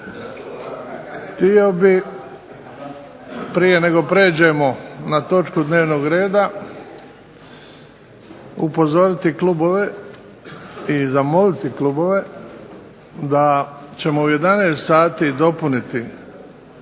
Htio bih prije nego prijeđemo na točku dnevnog reda upozoriti klubove i zamoliti klubove da ćemo u 11 sati dopuniti